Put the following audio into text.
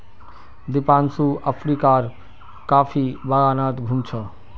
दीपांशु अफ्रीकार कॉफी बागानत घूम छ